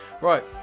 Right